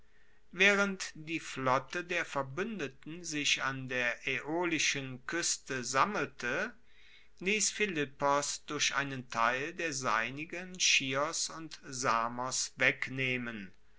waehrend die flotte der verbuendeten sich an der aeolischen kueste sammelte liess philippos durch einen teil der seinigen chios und samos wegnehmen